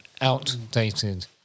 outdated